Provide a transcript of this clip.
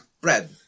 Bread